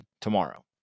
tomorrow